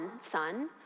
son